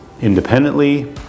independently